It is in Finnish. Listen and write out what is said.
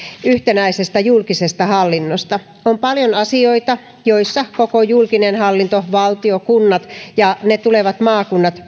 yhtenäisestä julkisesta hallinnosta on paljon asioita joissa koko julkinen hallinto valtio kunnat ja ne tulevat maakunnat